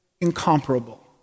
incomparable